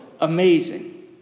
amazing